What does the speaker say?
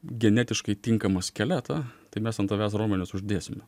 genetiškai tinkamą skeletą tai mes ant tavęs raumenis uždėsime